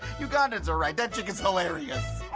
ugandans are right that chicken's hilarious.